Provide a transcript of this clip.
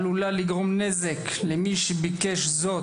עלולה לגרום נזק למי שביקש זאת,